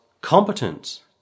competent